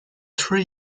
three